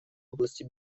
области